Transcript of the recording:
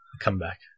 comeback